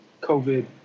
COVID